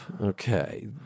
Okay